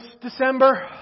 December